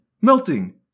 melting